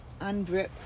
UNDRIP